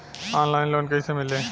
Online loan कइसे मिली?